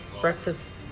Breakfast